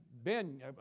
Ben